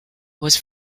was